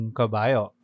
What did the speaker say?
kabayo